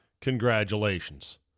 Congratulations